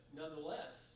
nonetheless